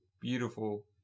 beautiful